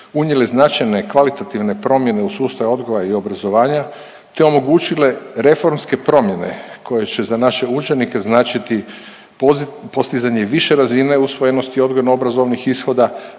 unijele značajne kvalitativne promjene u sustav odgoja i obrazovanja te omogućile reformske promjene koje će za naše učenike značiti postizanje više razine usvojenosti odgojno obrazovnih ishoda,